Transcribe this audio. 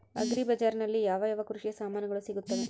Agri ಬಜಾರಿನಲ್ಲಿ ಯಾವ ಯಾವ ಕೃಷಿಯ ಸಾಮಾನುಗಳು ಸಿಗುತ್ತವೆ?